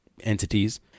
entities